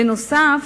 בנוסף,